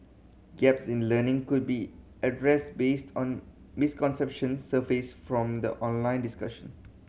gaps in learning could be addressed based on misconception surfaced from the online discussion